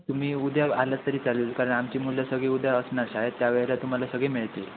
तुम्ही उद्या आलात तरी चालेल कारण आमची मुलं सगळी उद्या असणार शाळेत त्या वेळेला तुम्हाला सगळी मिळतील